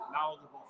knowledgeable